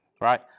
right